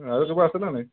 আৰু কিবা আছিলেনি